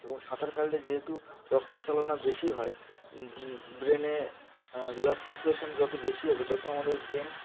এবং সাঁতার কাটলে যেহেতু রক্তচালনা বেশি হয় ব্রেনে ব্লাড সার্কুলেশান যত বেশি হবে তত আমাদের ব্রেন